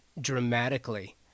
dramatically